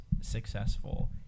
successful